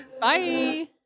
Bye